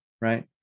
right